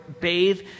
bathe